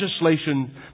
legislation